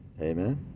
Amen